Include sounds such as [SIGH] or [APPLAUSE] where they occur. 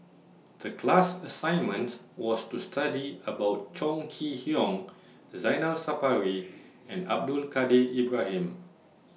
The class assignment was to study about Chong Kee Hiong [NOISE] Zainal Sapari [NOISE] and Abdul Kadir Ibrahim